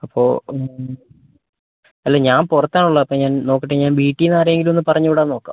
അപ്പോൾ അല്ല ഞാൻ പുറത്താണ് ഉള്ളത് അപ്പോൾ ഞാൻ നോക്കട്ടെ ഞാൻ വീട്ടിൽ നിന്ന് ആരെയെങ്കിലും ഒന്നു പറഞ്ഞു വിടാൻ നോക്കാം